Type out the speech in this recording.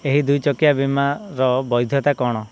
ଏହି ଦୁଇ ଚକିଆ ବୀମାର ବୈଧତା କ'ଣ